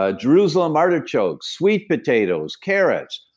ah jerusalem artichokes, sweet potatoes, carrots,